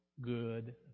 good